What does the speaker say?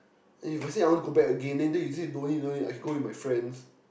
then if I say I want to go back again then then you say no need no need I can go with my friends